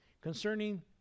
Concerning